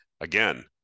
Again